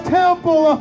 temple